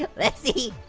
let's see,